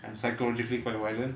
and psychologically quite violent